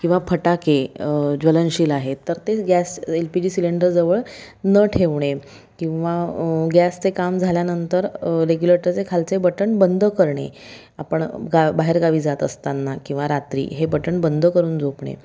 किंवा फटाके ज्वलनशील आहेत तर तेच गॅस एल पी जी सिलेंडरजवळ न ठेवणे किंवा गॅसचे काम झाल्यानंतर रेग्युलेटरचे खालचे बटण बंद करणे आपण गा बाहेरगावी जात असतांना किंवा रात्री हे बटण बंद करून झोपणे